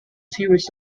series